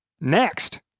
Next